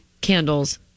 candles